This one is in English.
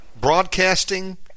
broadcasting